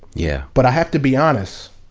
yeah but i have to be honest.